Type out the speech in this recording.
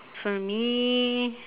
for me